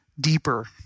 deeper